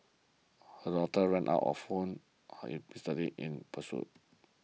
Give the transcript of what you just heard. her daughter ran out of Miss Li in pursuit